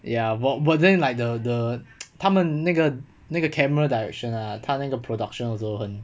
ya but then like the the 他们那个那个 camera direction lah 他那个 production also 很